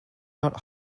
not